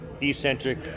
eccentric